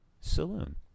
Saloon